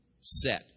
set